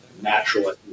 natural